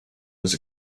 was